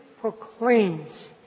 proclaims